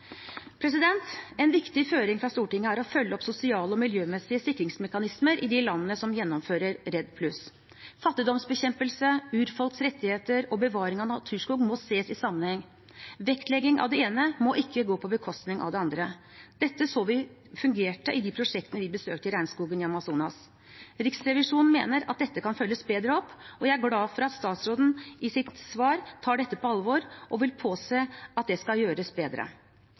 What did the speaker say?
En viktig føring fra Stortinget er å følge opp sosiale og miljømessige sikringsmekanismer i de landene som gjennomfører REDD+. Fattigdomsbekjempelse, urfolks rettigheter og bevaring av naturskog må ses i sammenheng. Vektlegging av det ene må ikke gå på bekostning av det andre. Dette så vi fungerte i de prosjektene vi besøkte i regnskogen i Amazonas. Riksrevisjonen mener at dette kan følges bedre opp, og jeg er glad for at statsråden i sitt svar tar dette på alvor og vil påse at det skal gjøres bedre.